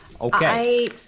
Okay